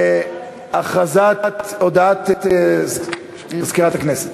הודעה למזכירת הכנסת.